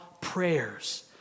prayers